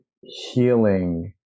healing